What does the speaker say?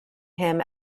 him